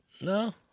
No